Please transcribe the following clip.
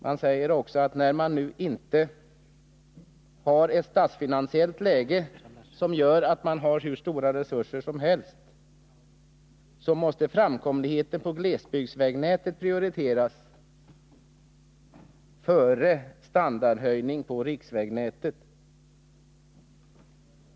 Det sägs vidare att i ett statsfinansiellt läge när vi inte har hur stora resurser som helst måste framkomligheten på glesbygdsvägnätet prioriteras före standardhöjning på riksvägnätet.